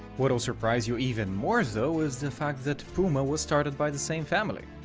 what'll surprise you even more so is the fact that puma was started by the same family.